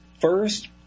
first –